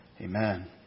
Amen